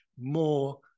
more